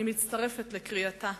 אני מצטרפת לקריאתה.